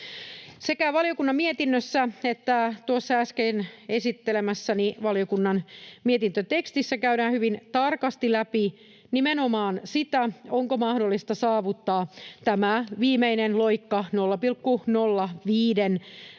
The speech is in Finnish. henkilökuntaa ei ole saatavissa. Äsken esittelemässäni valiokunnan mietintötekstissä käydään hyvin tarkasti läpi nimenomaan sitä, onko mahdollista saavuttaa tämä viimeinen loikka, 0,05:n